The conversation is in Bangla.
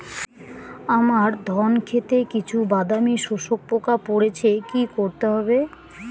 আমার ধন খেতে কিছু বাদামী শোষক পোকা পড়েছে কি করতে হবে?